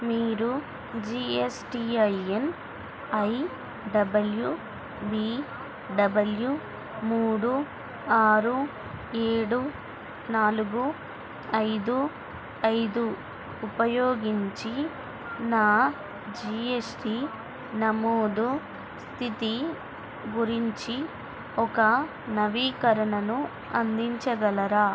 మీరు GSTIN I WBW మూడు ఆరు ఏడు నాలుగు ఐదు ఐదు ఉపయోగించి నా జీఎస్టీ నమోదు స్థితి గురించి ఒక నవీకరణను అందించగలరా